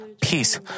peace